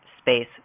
space